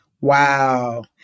Wow